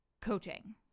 coaching